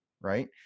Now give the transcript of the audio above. right